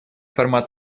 формат